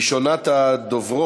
ראשונת הדוברים